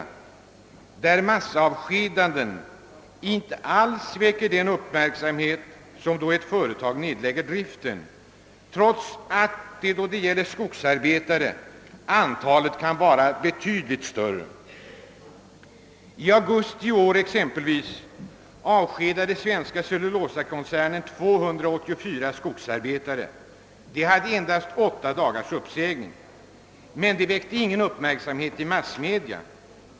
På detta område väcker massavskedanden inte alls samma uppmärksamhet som då ett företag nedlägger driften, trots att då det gäller skogsarbetare antalet friställda kan vara vida större. I augusti i år avskedade exempelvis Svenska cellulosaaktiebolaget 284 skogsarbetare med endast åtta dagars uppsägningstid, men detta väckte ingen som helst uppmärksamhet i massmedia.